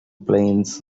planes